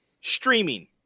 Streaming